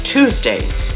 Tuesdays